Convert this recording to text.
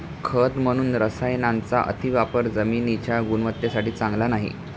खत म्हणून रसायनांचा अतिवापर जमिनीच्या गुणवत्तेसाठी चांगला नाही